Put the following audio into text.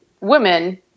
women